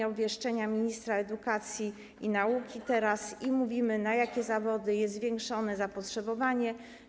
W obwieszczeniu ministra edukacji i nauki mówimy, na jakie zawody jest zwiększone zapotrzebowanie.